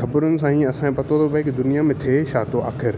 ख़बरूनि सां ई असांखे पतो थो पए कि दुनिया में थे छातो आख़िरि